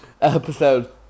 episode